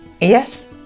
Yes